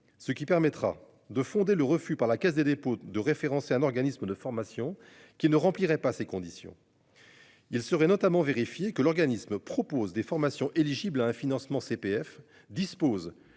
ce qui permettra de fonder le refus par la Caisse des dépôts de référence et un organisme de formation qui ne remplirait pas ses conditions.-- Il serait notamment vérifier que l'organisme propose des formations éligibles à un financement CPF dispose